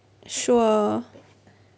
sure